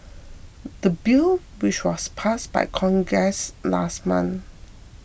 the bill which was passed by Congress last month